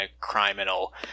criminal